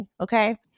okay